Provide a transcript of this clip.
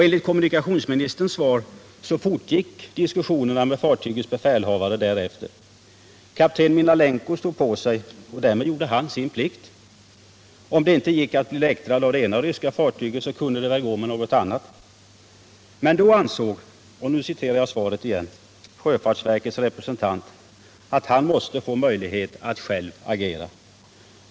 Enligt kommunikationsministerns svar fortgick diskussionerna med fartygets befälhavare därefter. Kapten Minalenko stod på sig, och därmed gjorde han sin plikt. Om det inte gick att bli läktrad av det ena ryska fartyget så kunde det väl gå med något annat. Men då ansåg — och nu citerar jag svaret igen — ”sjöfartsverkets representant att han måste få möjlighet att själv agera”.